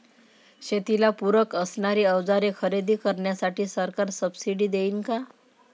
शेतीला पूरक असणारी अवजारे खरेदी करण्यासाठी सरकार सब्सिडी देईन का?